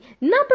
Number